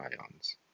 ions